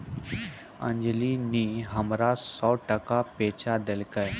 अंजली नी हमरा सौ टका पैंचा देलकै